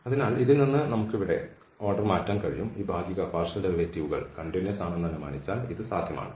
അതിനാൽ ഇതിൽ നിന്ന് നമുക്ക് ഇവിടെ ക്രമം മാറ്റാൻ കഴിയും ഈ ഭാഗിക ഡെറിവേറ്റീവുകൾ കണ്ടിന്യൂസ്സ് ആണെന്ന് അനുമാനിച്ചാൽ ഇത് സാധ്യമാണ്